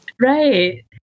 Right